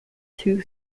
two